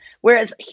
Whereas